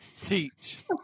teach